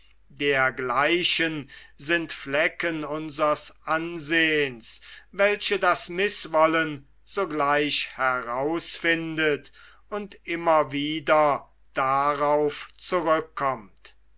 dergleichen sind flecken unsers ansehens welche das mißwollen sogleich herausfindet und immer wieder darauf zurückkommt